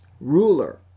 ruler